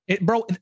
Bro